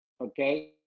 okay